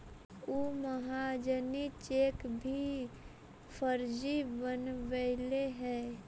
उ महाजनी चेक भी फर्जी बनवैले हइ